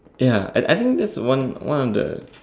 ya I I think that's one one of the